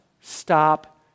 stop